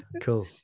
cool